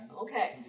Okay